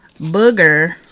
booger